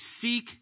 seek